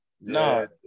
No